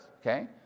Okay